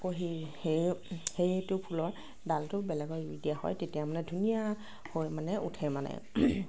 সেই সেই সেইটো ফুলৰ ডালটো বেলেগত দিয়া হয় তেতিয়া মানে ধুনীয়াকৈ মানে উঠে মানে